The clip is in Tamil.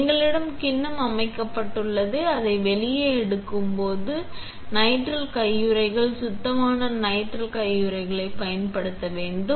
எங்களிடம் கிண்ணம் அமைக்கப்பட்டுள்ளது அதை வெளியே எடுக்கும்போது நைட்ரைல் கையுறைகள் சுத்தமான நைட்ரைல் கையுறைகளைப் பயன்படுத்த வேண்டும்